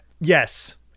yes